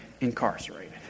incarcerated